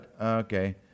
Okay